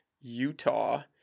Utah